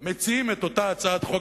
מציעים את אותה הצעת חוק,